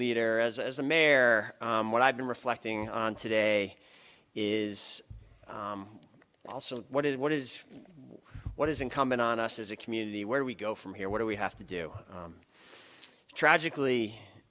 leader as as a mayor what i've been reflecting on today is also what is what is what is incumbent on us as a community where we go from here what do we have to do tragically